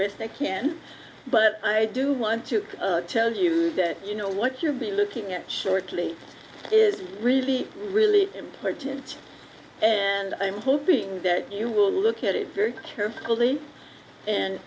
they can but i do want to tell you that you know what you're be looking at shortly is really really important and i'm hoping that you will look at it carefully and